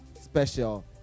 special